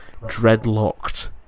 dreadlocked